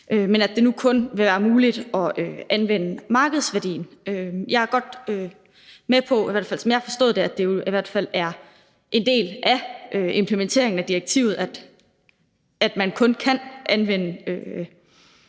men at det nu kun vil være muligt at anvende markedsværdien. Jeg er godt med på, at det, i hvert fald som jeg har forstået det, er en del af implementeringen af direktivet, at man kun kan anvende